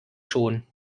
schon